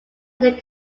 attend